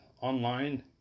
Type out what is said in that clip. online